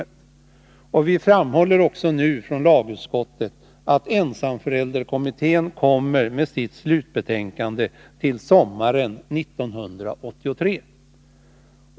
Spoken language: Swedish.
Lagutskottet framhåller också att ensamförälderkommittén kommer att lägga fram sitt slutbetänkande sommaren 1983.